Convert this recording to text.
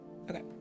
Okay